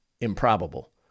improbable